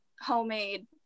homemade